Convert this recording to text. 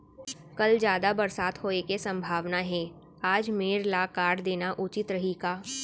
कल जादा बरसात होये के सम्भावना हे, आज मेड़ ल काट देना उचित रही का?